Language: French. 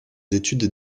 études